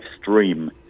stream